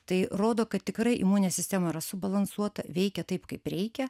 tai rodo kad tikrai imuninė sistema yra subalansuota veikia taip kaip reikia